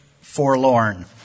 forlorn